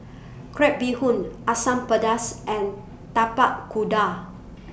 Crab Bee Hoon Asam Pedas and Tapak Kuda